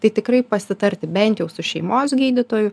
tai tikrai pasitarti bent jau su šeimos gydytoju